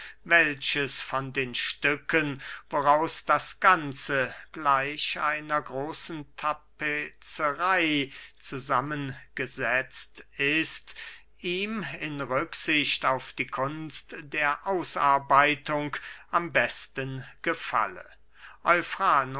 welches von den stücken woraus das ganze gleich einer großen tapezerey zusammengesetzt ist ihm in rücksicht auf die kunst der ausarbeitung am besten gefalle